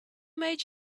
made